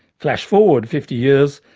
flash forward fifty years.